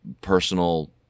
personal